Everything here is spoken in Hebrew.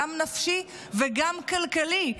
גם נפשי וגם כלכלי,